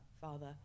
father